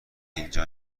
اینجا